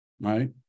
right